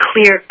clear